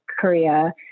Korea